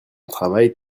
travail